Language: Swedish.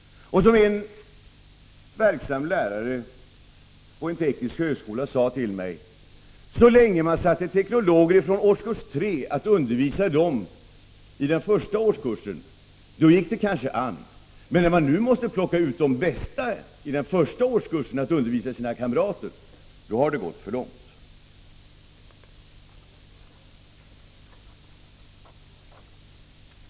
Som en verksam lärare på en teknisk högskola sade till mig: Så länge man satte teknologer i årskurs 3 att undervisa dem i den första årskursen gick det kanske an, men när man nu måste plocka ut de bästa i de första årskurserna att undervisa sina kamrater, då har det gått för långt.